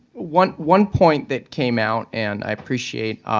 one one point that came out and i appreciate